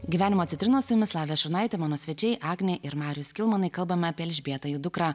gyvenimo citrinos su jumis lavija šurnaitė mano svečiai agnė ir marius kilmanai kalbam apie elžbietą jų dukrą